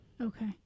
Okay